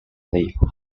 lived